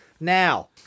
Now